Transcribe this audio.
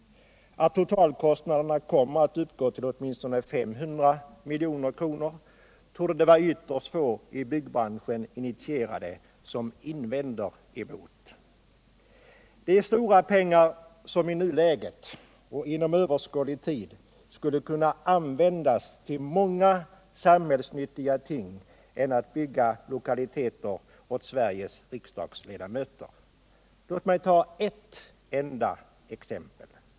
Att totalkostnaderna kommer att uppgå till åtminstone 500 milj.kr. torde det vara ytterst få i byggbranschen initierade som invänder emot. Detta är stora pengar som i nuläget, och inom överskådlig tid, skulle kunna användas till många samhällsnyttigare ting än att bygga nya lokaliteter åt Sveriges riksdagsledamöter. Låt mig ta ett enda exempel.